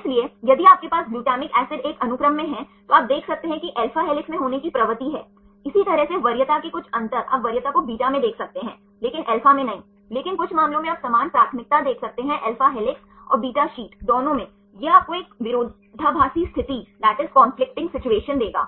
इसलिए यदि आपके पास ग्लूटामिक एसिड एक अनुक्रम में है तो आप देख सकते हैं कि alpha हेलिक्स में होने की प्रवृत्ति है इसी तरह से वरीयता के कुछ अंतर आप वरीयता को beta में देख सकते हैं लेकिन alpha में नहीं लेकिन कुछ मामलों में आप समान प्राथमिकता देख सकते हैं alpha हेलिक्स और beta शीट दोनों में यह आपको एक विरोधाभासी स्थिति देगा